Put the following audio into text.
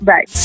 Bye